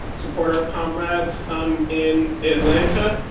support our comrades in atlanta.